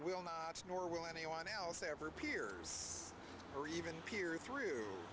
will not nor will anyone else ever peers or even peer through